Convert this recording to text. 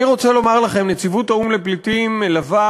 אני רוצה לומר לכם שנציבות האו"ם לפליטים מלווה